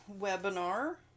webinar